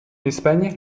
espagne